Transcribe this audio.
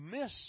miss